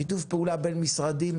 שיתוף פעולה בין משרדים,